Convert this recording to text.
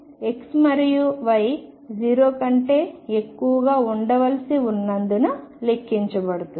X మరియు Y 0 కంటే ఎక్కువగా ఉండవలసి ఉన్నందున లెక్కించబడుతుంది